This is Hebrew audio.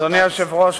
אדוני היושב-ראש,